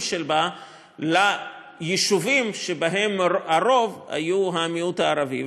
שבה ליישובים שבהם הרוב היו המיעוט הערבי,